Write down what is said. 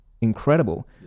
incredible